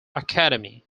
academy